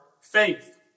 faith